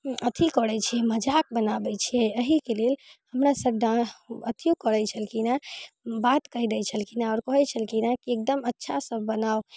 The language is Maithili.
अथी करै छी मजाक बनाबै छियै अहिके लेल हमरा सर डा अथियो करै छलखिन हँ बात कहि दै छलखिन हँ आओर कहै छलखिन हँ की एकदम अच्छासँ बनाउ